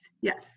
yes